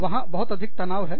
वहां बहुत अधिक तनाव है